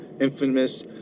infamous